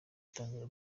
itangira